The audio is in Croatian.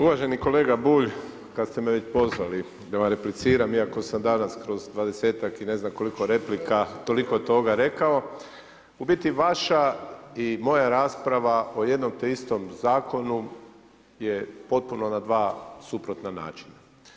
Uvaženi kolega Bulj, kad ste mene prozvali da vam repliciram, iako sam danas kroz dvadesetak i ne znam koliko replika toliko toga rekao, u biti vaša i moja rasprava o jednom te istom zakonu je potpuno na dva suprotna načina.